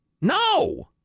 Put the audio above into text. No